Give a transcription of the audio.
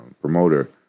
promoter